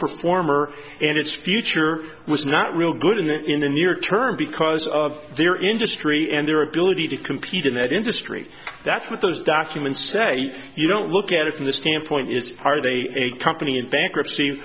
performer and its future was not real good in that in the near term because of their industry and their ability to compete in that industry that's what those documents say you don't look at it from the standpoint it's part of a company in bankruptcy